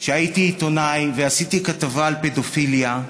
כשהייתי עיתונאי ועשיתי כתבה על פדופיליה.